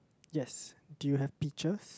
yes do you have pictures